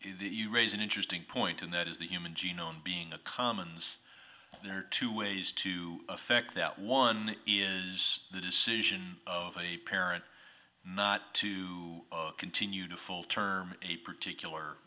you raise an interesting point and that is the human genome being a commons there are two ways to affect that one is the decision of the parent not to continue to full term a particular